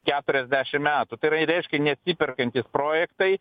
keturiasdešim metų tai yra reiškia neatsiperkantys projektai